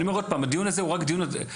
אני אומר עוד פעם, הדיון הזה הוא רק דיון התחלה.